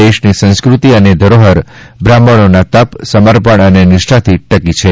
દેશની સંસ્કૃતિ અને ધરોહર બ્રાહ્મણોના તપ સમપર્ણ અને નિષ્ઠાથી ટકી છે